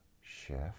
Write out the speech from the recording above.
shift